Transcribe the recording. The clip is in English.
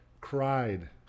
Cried